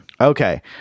Okay